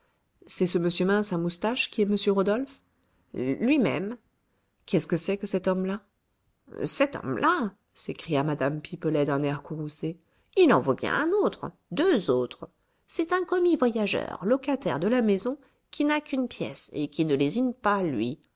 c'est ce monsieur mince à moustaches qui est m rodolphe lui-même qu'est-ce que c'est que cet homme-là cet homme-là s'écria mme pipelet d'un air courroucé il en vaut bien un autre deux autres c'est un commis voyageur locataire de la maison qui n'a qu'une pièce et qui ne lésine pas lui